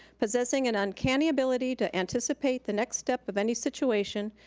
possessing an uncanny ability to anticipate the next step of any situation,